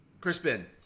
Crispin